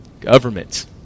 government